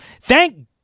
Thank